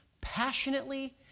passionately